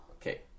Okay